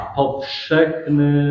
powszechny